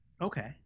Okay